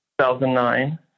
2009